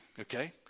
okay